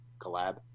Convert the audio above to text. Collab